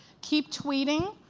keep tweeting.